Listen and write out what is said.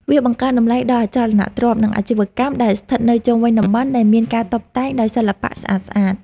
វាបង្កើនតម្លៃដល់អចលនទ្រព្យ និងអាជីវកម្មដែលស្ថិតនៅជុំវិញតំបន់ដែលមានការតុបតែងដោយសិល្បៈស្អាតៗ។